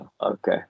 okay